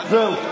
זהו.